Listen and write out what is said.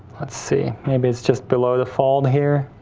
let's see, maybe it's just below the fold here.